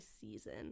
season